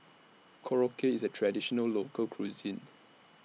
Korokke IS A Traditional Local Cuisine